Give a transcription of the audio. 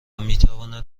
میتواند